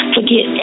Forget